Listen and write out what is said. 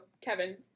Kevin